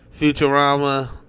Futurama